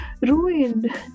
ruined